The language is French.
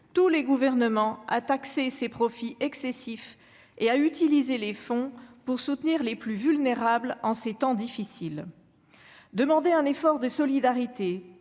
tous les gouvernements à taxer ces profits excessifs et à utiliser les fonds pour soutenir les plus vulnérables en ces temps difficiles ». Il est juste de demander un effort de solidarité,